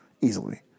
easily